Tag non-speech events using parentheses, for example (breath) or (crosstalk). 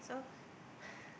so (breath)